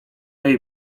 jej